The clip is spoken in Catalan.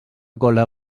cola